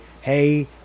hey